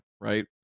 Right